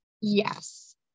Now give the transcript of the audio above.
Yes